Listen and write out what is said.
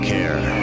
Care